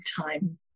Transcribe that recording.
time